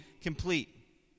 complete